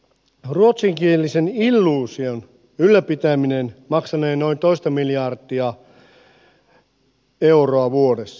ruotsinkielisen illuusion ylläpitäminen maksanee noin toista miljardia euroa vuodessa